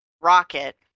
rocket